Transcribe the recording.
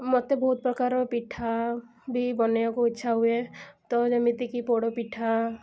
ମୋତେ ବହୁତ ପ୍ରକାରର ପିଠା ବି ବନେଇଆକୁ ଇଚ୍ଛା ହୁଏ ତ ଯେମିତିକି ପୋଡ଼ପିଠା